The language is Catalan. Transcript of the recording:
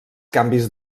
canvis